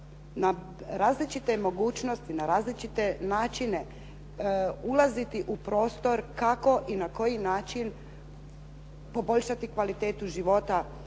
na različite mogućnosti, na različite načine ulaziti u prostor kako i na koji način poboljšati kvalitetu života